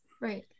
right